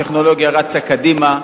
הטכנולוגיה רצה קדימה.